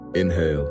inhale